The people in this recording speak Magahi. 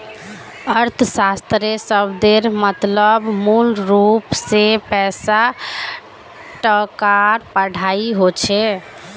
अर्थशाश्त्र शब्देर मतलब मूलरूप से पैसा टकार पढ़ाई होचे